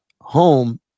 home